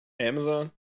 amazon